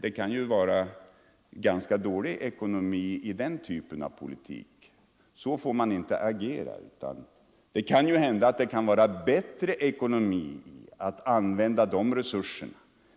Det kan ju vara ganska dålig ekonomi att föra den typen av politik. Så får man inte agera. Det kan ju kanske vara bättre ekonomi att använda de resurserna